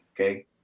okay